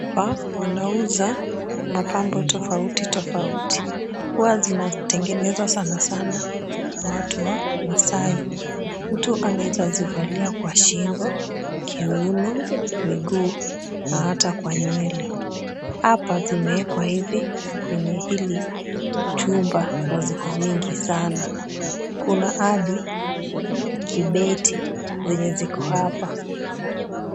Hapa wanauza mapambo tofauti tofauti, huwa zinatengenezwa sana sana na watu wa Maasai. Mtu anaeza zivalia kwa shingo, kiuno, miguu na hata kwa nywele. Hapa zimeekwa hivi kwenye hili chumba na ziko mingi sana. Kuna hadi kibeti zenye ziko hapa.